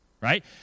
right